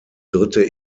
dritte